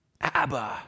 Abba